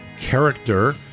character